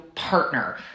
partner